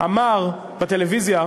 אמר בטלוויזיה,